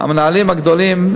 המנהלים הגדולים,